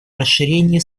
расширении